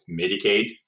Medicaid